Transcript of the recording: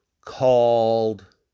called